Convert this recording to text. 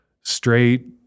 straight